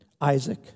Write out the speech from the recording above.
Isaac